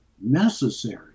necessary